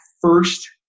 first